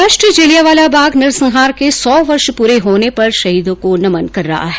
राष्ट्र जलियावाला बाग नरसंहार के सौ वर्ष पूरे होने पर शहीदों को नमन कर रहा है